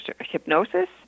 hypnosis